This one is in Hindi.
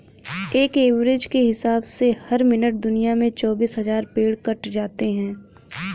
एक एवरेज के हिसाब से हर मिनट दुनिया में चौबीस हज़ार पेड़ कट जाते हैं